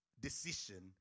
decision